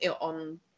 on